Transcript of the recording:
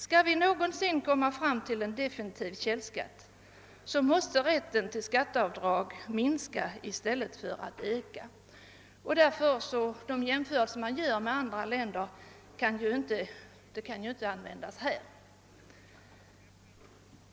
Om vi någonsin skall komma fram till en definitiv källskatt, så måste rätten till skatteavdrag göras mindre i stället för tvärtom. Därvidlag kan man inte göra jämförelser med andra länder.